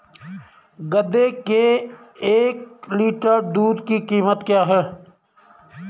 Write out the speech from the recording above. गधे के एक लीटर दूध की कीमत क्या है?